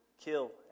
kill